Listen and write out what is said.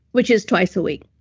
which is twice a week.